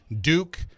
Duke